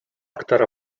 aktar